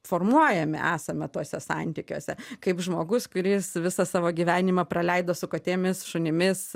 formuojami esame tuose santykiuose kaip žmogus kuris visą savo gyvenimą praleido su katėmis šunimis